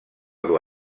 dur